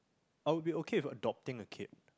I'll be okay with adopting a kid